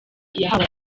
yahawe